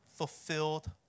fulfilled